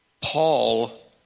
Paul